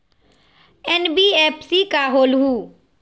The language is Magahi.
एन.बी.एफ.सी का होलहु?